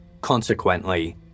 Consequently